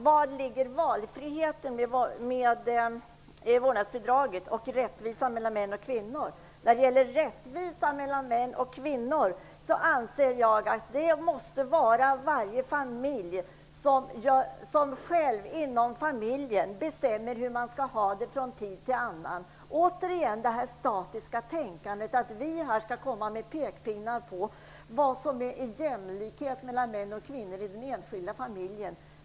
Maj-Inger Klingvall ställde en hel del frågor, t.ex: Vad gäller rättvisan mellan män och kvinnor anser jag att varje familj själv skall bestämma hur man skall ha det från tid till annan. Återigen ser vi detta statiska tänkande, att det är vi politiker som skall komma med pekpinnar om vad som är jämlikhet mellan män och kvinnor i den enskilda familjen.